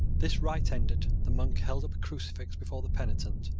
this rite ended, the monk held up a crucifix before the penitent,